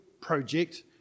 project